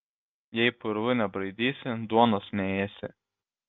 jei purvų nebraidysi duonos neėsi